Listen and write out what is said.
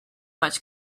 much